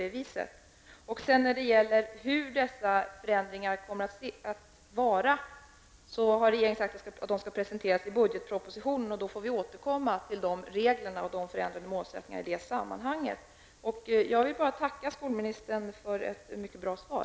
Hur dessa förändringar i målsättningar och regelverk kommer att se ut har regeringen lovat presentera i budgetpropositionen. Då får vi återkomma till det. Jag vill än en gång tacka för ett mycket bra svar.